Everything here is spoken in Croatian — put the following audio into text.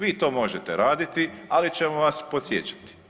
Vi to možete raditi, ali ćemo vas podsjećati.